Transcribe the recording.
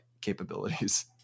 capabilities